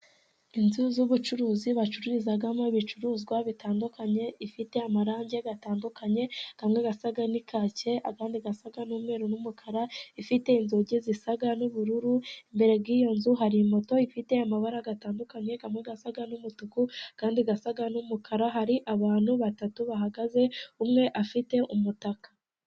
Inzu z'ubucuruzi bacururizamo ibicuruzwa bitandukanye, ifite amarange atandukanye, amwe asa na kaki, ayandi asa n'umweru n'umukara, ifite inzugi zisa n'ubururu, imbere y'iyo nzu hari moto ifite amabara atandukanye amwe asa n'umutuku andi asa n'umukara, hari abantu batatu bahagaze umwe afite umutaka.